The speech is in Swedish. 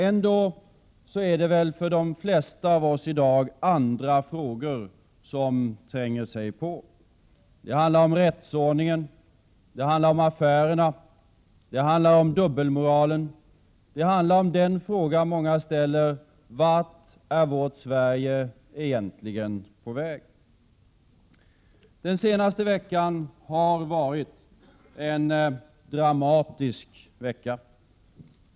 Ändå är det väl för de flesta av oss i dag andra frågor som tränger sig på. Det handlar om rättsordningen, om affärerna, om dubbelmoralen. Det handlar om den fråga många ställer sig: Vart är vårt Sverige egentligen på väg? Den senaste veckan har varit en dramatisk vecka.